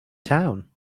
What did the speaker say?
town